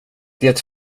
det